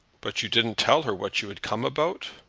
but you didn't tell her what you had come about?